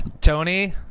Tony